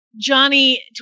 Johnny